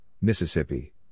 Mississippi